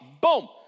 Boom